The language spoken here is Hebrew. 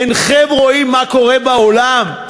אינכם רואים מה קורה בעולם?